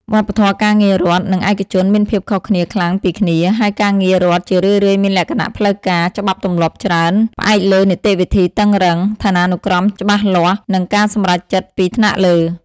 វប្បធម៌ការងាររដ្ឋ និងឯកជនមានភាពខុសគ្នាខ្លាំងពីគ្នា ហើយការងាររដ្ឋជារឿយៗមានលក្ខណៈផ្លូវការ ច្បាប់ទម្លាប់ច្រើន ផ្អែកលើនីតិវិធីតឹងរ៉ឹង ឋានានុក្រមច្បាស់លាស់ និងការសម្រេចចិត្តពីថ្នាក់លើ ។